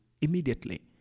immediately